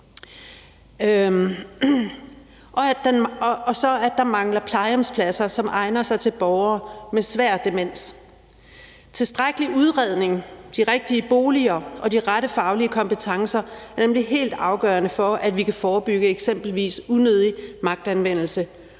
og så at der mangler plejehjemspladser, som egner sig til borgere med svær demens. Tilstrækkelig udredning, de rigtige boliger og de rette faglige kompetencer er nemlig helt afgørende for, at vi kan forebygge eksempelvis unødig magtanvendelse.